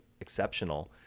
exceptional